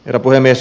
herra puhemies